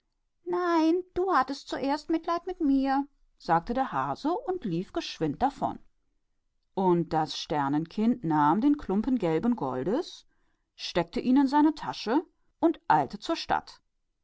aber du hattest zuerst erbarmen mit mir sagte der hase und er lief eilig fort und das sternenkind nahm das stück gelben goldes und steckte es in seinen beutel und eilte zur stadt